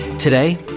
Today